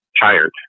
tired